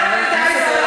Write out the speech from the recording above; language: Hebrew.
מסתכל על